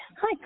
Hi